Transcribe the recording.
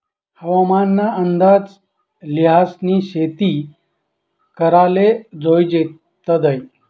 हवामान ना अंदाज ल्हिसनी शेती कराले जोयजे तदय